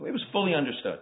it was fully understood